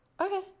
Okay